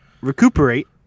recuperate